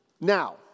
now